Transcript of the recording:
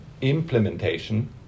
implementation